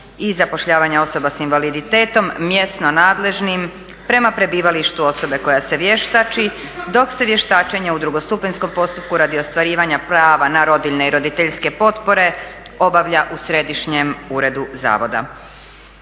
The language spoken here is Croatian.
i zapošljavanje osoba sa invaliditetom, mjesno nadležnim prema prebivalištu osobe koja se vještači dok se vještačenje u drugostupanjskom postupku radi ostvarivanja prava na rodiljne i roditeljske potpore obavlja u središnjem uredu zavoda.